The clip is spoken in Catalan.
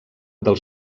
del